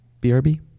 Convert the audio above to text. BRB